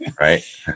Right